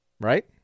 right